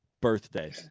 Birthday